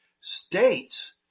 states